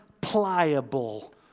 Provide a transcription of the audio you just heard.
pliable